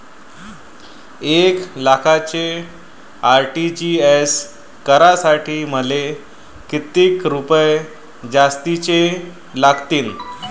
एक लाखाचे आर.टी.जी.एस करासाठी मले कितीक रुपये जास्तीचे लागतीनं?